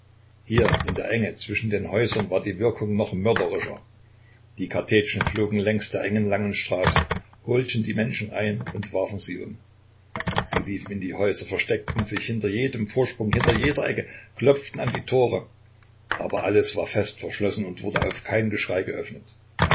hier in der enge zwischen den häusern war die wirkung noch mörderischer die kartätschen flogen längs der engen langen straße holten die menschen ein und warfen sie um sie liefen in die häuser versteckten sich hinter jedem vorsprung hinter jede ecke klopften an die tore aber alles war fest verschlossen und wurde auf kein geschrei geöffnet